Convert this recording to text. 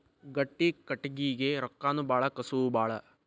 ಗಟ್ಟಿ ಕಟಗಿಗೆ ರೊಕ್ಕಾನು ಬಾಳ ಕಸುವು ಬಾಳ